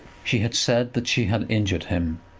she had said that she had injured him.